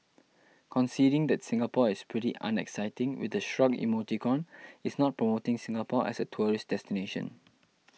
conceding that Singapore is pretty unexciting with a shrug emoticon is not promoting Singapore as a tourist destination